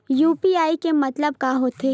UPI के मतलब का होथे?